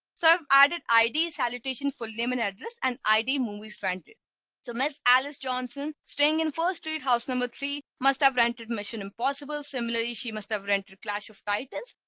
so i've added id salutation full name and address and id movie stranded so miss alice johnson staying in first street house number three must have rented mission impossible. similarly. she must have rented clash of titans.